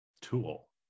tool